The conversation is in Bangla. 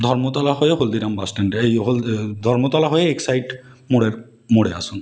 ধর্মতলা হয়ে হলদিরাম বাসস্ট্যান্ড এই হলদি ধর্মতলা হয়ে এক্সাইড মোড়ের মোড়ে আসুন